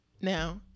Now